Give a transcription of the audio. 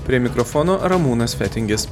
prie mikrofono ramūnas fetingis